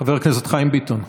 חבר הכנסת חיים ביטון.